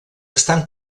estan